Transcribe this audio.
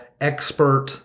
expert